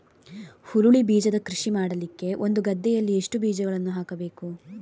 ಹುರುಳಿ ಬೀಜದ ಕೃಷಿ ಮಾಡಲಿಕ್ಕೆ ಒಂದು ಗದ್ದೆಯಲ್ಲಿ ಎಷ್ಟು ಬೀಜಗಳನ್ನು ಹಾಕಬೇಕು?